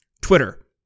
twitter